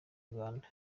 uganda